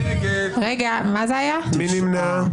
מי נמנע?